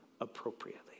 appropriately